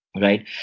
right